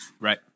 Right